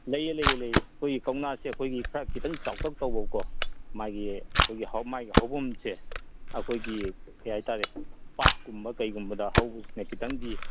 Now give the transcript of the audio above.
ꯂꯩꯌꯦ ꯂꯩꯌꯦ ꯂꯩꯌꯦ ꯑꯩꯈꯣꯏꯒꯤ ꯀꯧꯅꯥꯁꯦ ꯑꯩꯈꯣꯏꯒꯤ ꯈꯔ ꯈꯤꯇꯪ ꯆꯥꯎꯇꯛ ꯇꯧꯕꯀꯣ ꯃꯥꯒꯤ ꯍꯧꯕꯝꯁꯦ ꯑꯩꯈꯣꯏꯒꯤ ꯀꯔꯤ ꯍꯥꯏꯇꯥꯔꯦ ꯄꯥꯠꯀꯨꯝꯕ ꯀꯩꯒꯨꯝꯕꯗ ꯍꯧꯕꯁꯤꯅ ꯈꯤꯇꯪꯗꯤ